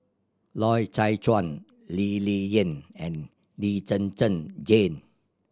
Loy Chye Chuan Lee Ling Yen and Lee Zhen Zhen Jane